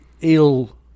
ill